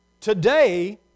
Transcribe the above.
Today